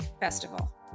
festival